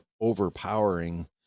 overpowering